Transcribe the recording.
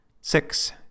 Six